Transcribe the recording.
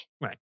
Right